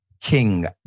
King